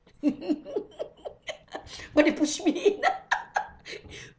but they push me in